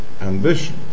ambition